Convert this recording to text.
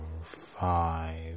five